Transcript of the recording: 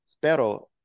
Pero